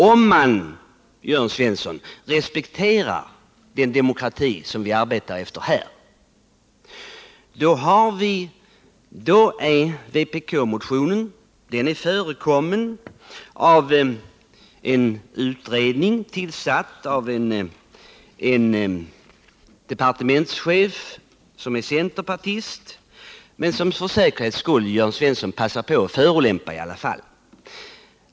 Om Jörn Svensson respekterar den demokrati som vi arbetar i måste han erkänna att vpk-motionen redan är förekommen av en utredning, tillsatt av en departementschef som är centerpartist men som Jörn Svensson för säkerhets skull passar på att förolämpa i alla fall.